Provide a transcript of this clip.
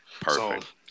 Perfect